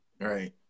Right